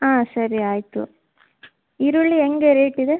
ಹಾಂ ಸರಿ ಆಯಿತು ಈರುಳ್ಳಿ ಹೇಗೆ ರೇಟಿದೆ